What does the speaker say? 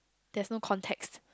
there's no context